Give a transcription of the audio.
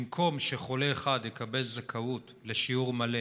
במקום שחולה אחד יקבל זכאות לשיעור מלא